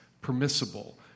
permissible